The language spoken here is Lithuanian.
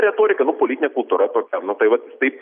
retorika nu politinė kultūra tokia nu tai va taip